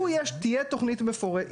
לו תהיה תכנית מפורטת,